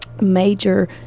major